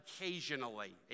occasionally